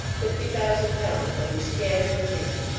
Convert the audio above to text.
fifty thousand pounds will be scattered in a minute.